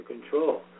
control